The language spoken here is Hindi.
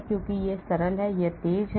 क्योंकि यह सरल है यह तेज है